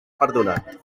perdonat